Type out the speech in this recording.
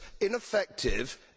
ineffective